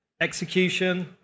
Execution